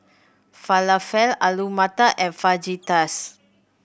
Falafel Alu Matar and Fajitas